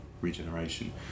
regeneration